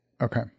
Okay